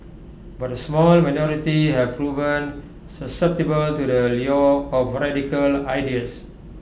but A small minority have proven susceptible to the lure of radical ideas